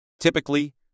Typically